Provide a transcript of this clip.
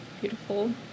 beautiful